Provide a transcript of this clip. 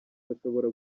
bashobora